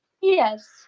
Yes